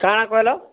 କାଣା କହିଲ